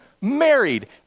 married